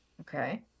Okay